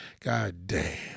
Goddamn